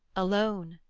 alone,